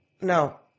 No